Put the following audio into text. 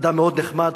אדם מאוד נחמד,